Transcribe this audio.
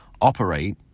operate